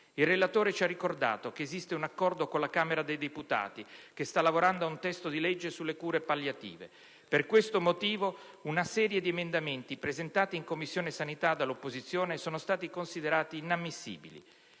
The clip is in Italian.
Il relatore ci ha ricordato che esiste un accordo con la Camera dei deputati, che sta lavorando ad un testo di legge sulle cure palliative. Per questo motivo una serie di emendamenti presentati in Commissione sanità dall'opposizione sono stati considerati inammissibili.